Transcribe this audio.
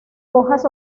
hojas